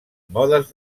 modes